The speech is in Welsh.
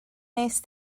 wnest